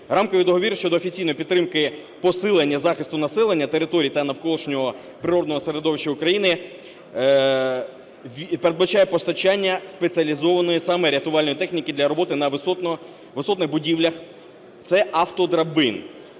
Рамковий договір щодо офіційної підтримки посилення захисту населення, територій та навколишнього природного середовища України передбачає постачання спеціалізованої саме рятувальної техніки для роботи на висотних будівлях, це автодрабин.